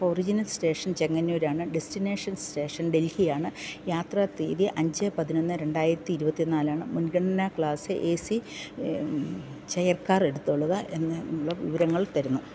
original station Chengannur ആണ് destination station ഡൽഹിയാണ് യാത്ര തീയതി അഞ്ച് പതിനൊന്ന് രണ്ടായിരത്തി ഇരുപത്തി നാലാണ് മുൻഗണനാ class A C chair car എടുത്തോളുക എന്നുള്ള വിവരങ്ങൾ തരുന്നു